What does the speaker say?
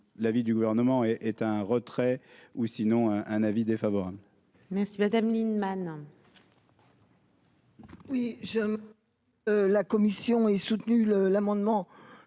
l'avis du gouvernement, et est un retrait ou sinon un avis défavorable. Merci Madame Lienemann. Oui, je me la commission et soutenu le l'amendement